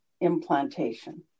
implantation